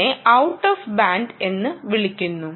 ഇതിനെ out of band എന്ന് വിളിക്കുന്നു